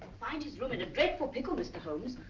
find his room in a dreadful pickle, mr. holmes.